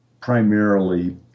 primarily